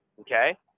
okay